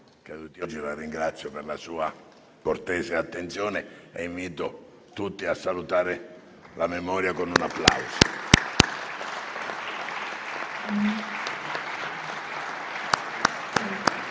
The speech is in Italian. La ringrazio per la sua cortese attenzione e invito tutti a onorarne la memoria con un applauso.